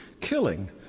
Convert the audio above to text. killing